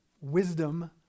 wisdom